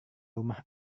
rumah